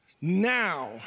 Now